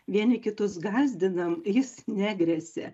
vieni kitus gąsdinam jis negresia